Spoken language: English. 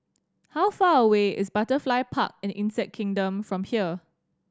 how far away is Butterfly Park and Insect Kingdom from here